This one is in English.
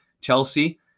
Chelsea